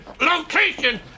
location